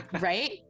right